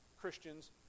Christians